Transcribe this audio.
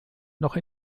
noch